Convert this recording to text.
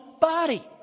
body